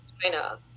China